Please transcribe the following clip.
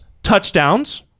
touchdowns